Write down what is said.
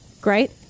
Great